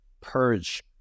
purge